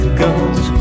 guns